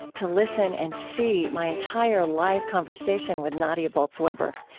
to listen and see my entire live conversation with nadia bolz-weber.